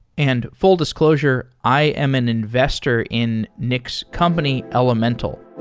and full disclosure, i am an investor in nick's company, elementl